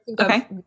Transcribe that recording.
Okay